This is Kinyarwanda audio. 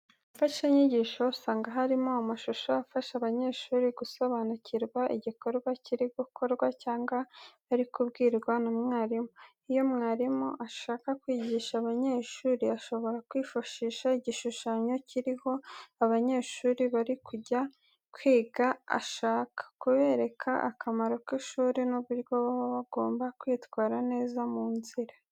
Mu mfashanyigisho usanga harimo amashusho afasha abanyeshuri gusobanukirwa igikorwa kiri gukorwa cyangwa bari kubwirwa na mwarimu. Iyo umwarimu ashaka kwigisha abanyeshuri, ashobora kwifashisha igishushanyo kiriho abanyeshuri barimo kujya kwiga ashaka, kubereka akamaro k'ishuri n'uburyo baba bagomba kwitwara neza mu nzira.